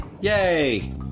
Yay